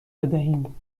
بدهیم